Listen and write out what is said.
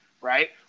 right